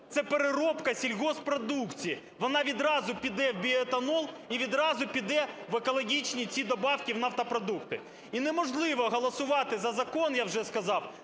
це переробка сільгосппродукції, вона відразу піде в біетанол і відразу піде в екологічні ці добавки в нафтопродукти. І неможливо голосувати за закон, я вже сказав,